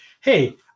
hey